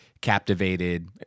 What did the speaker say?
captivated